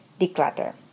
declutter